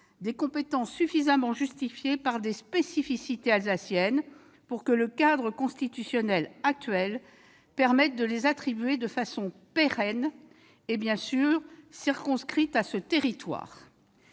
des compétences suffisamment justifiées par des spécificités alsaciennes pour que le cadre constitutionnel actuel permette de les attribuer de façon pérenne et, bien sûr, circonscrite à ce territoire.